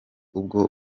ubwo